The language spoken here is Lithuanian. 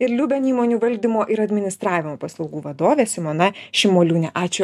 ir liuben įmonių valdymo ir administravimo paslaugų vadovė simona šimoliūnė ačiū